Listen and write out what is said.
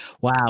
Wow